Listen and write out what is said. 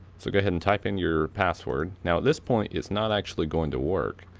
so go ahead and type in your password. now at this point it's not actually going to work.